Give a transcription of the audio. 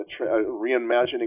Reimagining